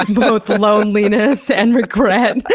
both loneliness and regret.